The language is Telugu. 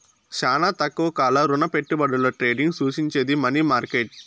శానా తక్కువ కాల రుణపెట్టుబడుల ట్రేడింగ్ సూచించేది మనీ మార్కెట్